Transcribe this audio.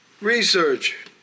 research